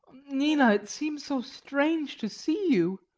nina, it seems so strange to see you!